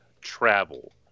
travel